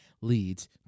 leads